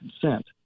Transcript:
consent